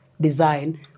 design